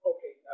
Okay